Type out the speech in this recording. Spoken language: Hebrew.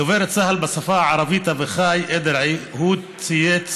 דובר צה"ל בשפה הערבית אביחי אדרעי צייץ